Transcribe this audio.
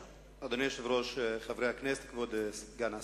אדוני היושב-ראש, חברי הכנסת, כבוד סגן השר,